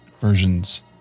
versions